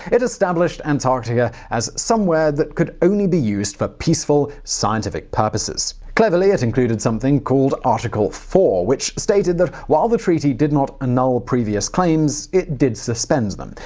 it established antarctica as somewhere that could only be used for peaceful, scientific purposes. cleverly, it included something called article iv, which stated that, while the treaty did not not annul previous claims, it did suspend them.